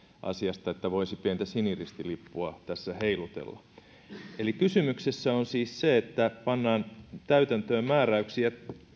asiasta että voisi pientä siniristilippua tässä heilutella kysymyksessä on siis se että pannaan täytäntöön määräyksiä